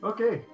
Okay